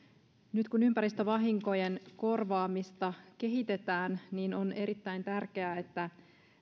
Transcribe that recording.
nyt kun ympäristövahinkojen korvaamista kehitetään niin on erittäin tärkeää että